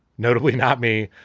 notably, not me.